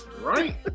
Right